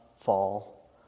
fall